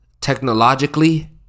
technologically